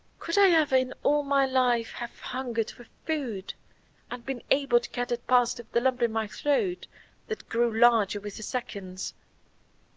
could i ever in all my life have hungered for food and been able to get it past the lump in my throat that grew larger with the seconds?